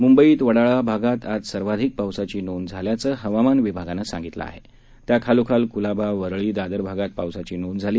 मुंबईत वडाळा भागात आज सर्वाधिक पावसाची नोंद झाल्याचं हवामान विभागानं सांगितलं आह त्याखालोखाल कुलाबा वरळी दादर भागात पावसाची नोंद झाली